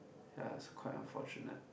ya is quite unfortunate